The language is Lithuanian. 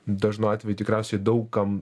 dažnu atveju tikriausiai daug kam